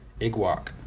Igwok